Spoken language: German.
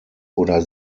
oder